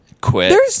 Quit